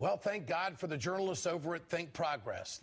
well thank god for the journalists over at think progress